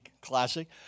classic